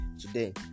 today